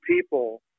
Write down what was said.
people